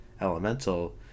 elemental